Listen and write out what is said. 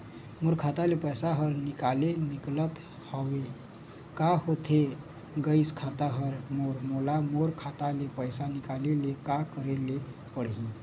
मोर खाता ले पैसा हर निकाले निकलत हवे, का होथे गइस खाता हर मोर, मोला मोर खाता ले पैसा निकाले ले का करे ले पड़ही?